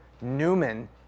Newman